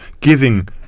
giving